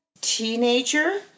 teenager